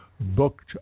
Booked